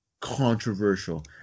Controversial